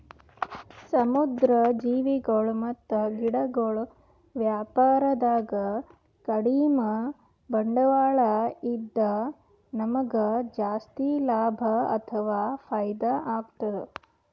ಸಮುದ್ರ್ ಜೀವಿಗೊಳ್ ಮತ್ತ್ ಗಿಡಗೊಳ್ ವ್ಯಾಪಾರದಾಗ ಕಡಿಮ್ ಬಂಡ್ವಾಳ ಇದ್ದ್ ನಮ್ಗ್ ಜಾಸ್ತಿ ಲಾಭ ಅಥವಾ ಫೈದಾ ಆಗ್ತದ್